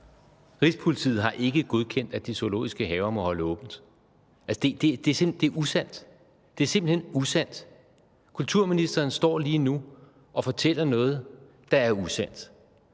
Rigspolitiet har ikke godkendt, at de zoologiske haver må holde åbent. Altså, det er usandt. Det er simpelt hen usandt. Kulturministeren står lige nu og fortæller noget, der er usandt,